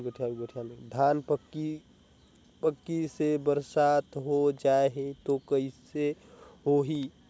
धान पक्की से बरसात हो जाय तो कइसे हो ही?